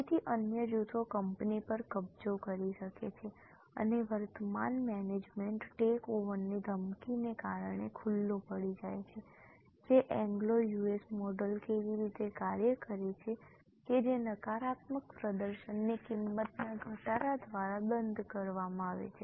તેથી અન્ય જૂથો કંપની પર કબજો કરી શકે છે અને વર્તમાન મેનેજમેન્ટ ટેકઓવરની ધમકીને કારણે ખુલ્લું પડી જાય છે જે એંગ્લો યુએસ મોડલ કેવી રીતે કાર્ય કરે છે કે જે નકારાત્મક પ્રદર્શનને કિંમતમાં ઘટાડા દ્વારા દંડ કરવામાં આવે છે